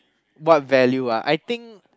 what value ah I think